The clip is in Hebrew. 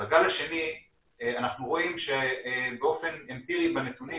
בגל השני אנחנו רואים שבאופן אמפירי בנתונים